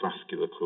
vascular